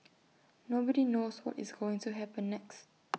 nobody knows what is going to happen next